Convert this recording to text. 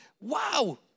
wow